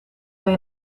hij